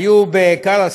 איוב קרא,